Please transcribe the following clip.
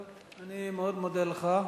טוב, אני מאוד מודה לך.